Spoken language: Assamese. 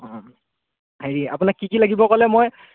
অঁ হেৰি আপোনাক কি কি লাগিব ক'লে মই